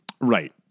Right